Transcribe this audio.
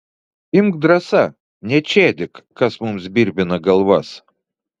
imk drąsa nečėdyk kas mums birbina galvas